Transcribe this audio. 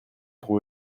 pour